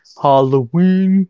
halloween